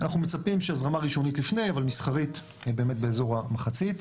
אנחנו מצפים שהזרמה ראשונית לפני אבל מסחרית באמת באזור המחצית.